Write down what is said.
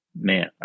Man